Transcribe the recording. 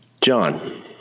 John